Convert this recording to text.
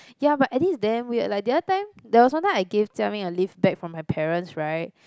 ya but Eddie is damn weird like the other time there was one time I gave Jia-Ming a lift back from her parent's right